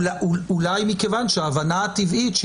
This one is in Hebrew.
אולי מכיוון שההבנה הטבעית,